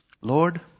Lord